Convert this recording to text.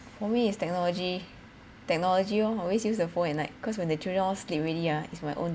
for me it's technology technology oh always use the phone at night cause the children all sleep already ah it's my own